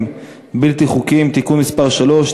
אין מתנגדים ואין נמנעים.